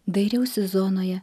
dairiausi zonoje